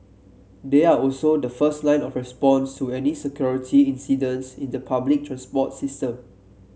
they are also the first line of response to any security incidents in the public transport system